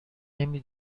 نمی